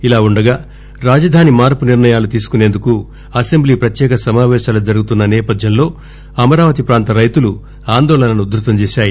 ఇలా ఉండగా రాజధాని మార్పు నిర్ణయాలు తీసుకునేందుకు అసెంబ్లీ పత్యేక సమావేశాలు జరుగుతున్న నేపథ్యంలో అమరావతి పాంత రైతులు ఆందోళనలను ఉధ్భతం చేశాయి